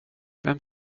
vem